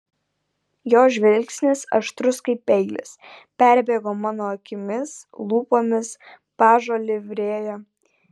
jo žvilgsnis aštrus kaip peilis perbėgo mano akimis lūpomis pažo livrėja